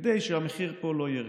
כדי שהמחיר פה לא ירד.